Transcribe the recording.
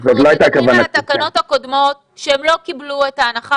אנחנו מדברים על התקנות הקודמות שהם לא קיבלו את ההנחה